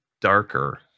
darker